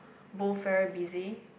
both very busy